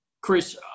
Chris